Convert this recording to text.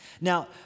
Now